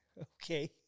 Okay